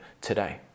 today